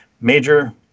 major